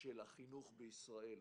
של החינוך בישראל.